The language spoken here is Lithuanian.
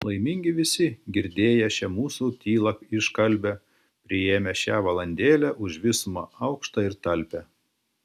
laimingi visi girdėję šią mūsų tylą iškalbią priėmę šią valandėlę už visumą aukštą ir talpią